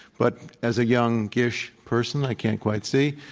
but as a youngish person, i can't quite see,